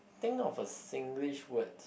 think of a Singlish words